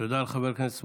תודה לחבר הכנסת סמוטריץ'.